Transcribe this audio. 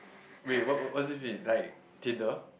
wait what what what is it like theater